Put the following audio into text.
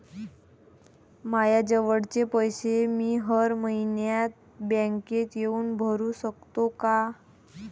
मायाजवळचे पैसे मी हर मइन्यात बँकेत येऊन भरू सकतो का?